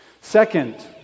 Second